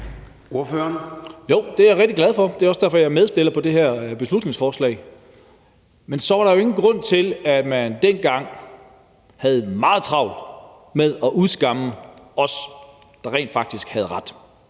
(UFG): Jo, det er jeg rigtig glad for, og det er også derfor, jeg er medforslagsstiller på det her beslutningsforslag. Men så var der jo ingen grund til, at man dengang havde meget travlt med at udskamme os, der rent faktisk havde ret.